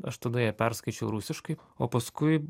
aš tada ją perskaičiau rusiškai o paskui